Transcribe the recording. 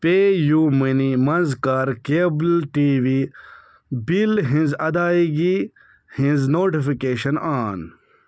پے یوٗ موٚنی منٛز کَر کیبٕل ٹی وی بِل ہنٛز ادٲیگی ہنٛز نوٹفکیشن آن